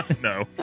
No